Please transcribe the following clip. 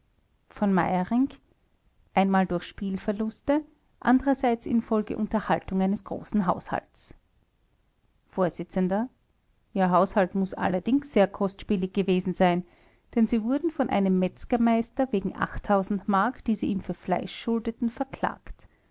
v meyerinck einmal durch spielverluste andererseits infolge unterhaltung eines großen haushalts vors ihr haushalt muß allerdings sehr kostspielig gewesen sein denn sie wurden von einem metzgermeister wegen mark die sie ihm für fleisch schuldeten verklagt